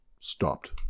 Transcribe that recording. stopped